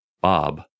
Bob